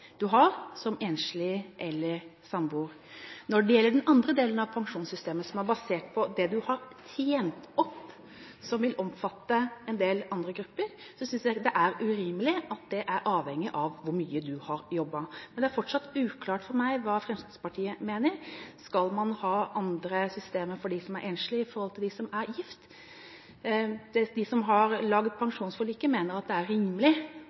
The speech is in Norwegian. du har enten som enslig eller som samboer. Når det gjelder den andre delen av pensjonssystemet som er basert på det du har tjent opp, som vil omfatte en del andre grupper, synes jeg ikke det er urimelig at det er avhengig av hvor mye du har jobbet. Men det er fortsatt uklart for meg hva Fremskrittspartiet mener. Skal man ha andre systemer for dem som er enslige i forhold til dem som er gift? De som har laget pensjonsforliket, mener at det er rimelig